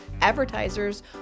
advertisers